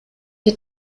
die